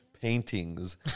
paintings